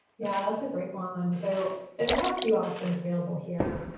yeah, that's a great one. so, there are a few options available here.